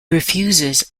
refuses